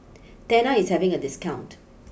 Tena is having a discount